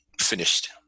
finished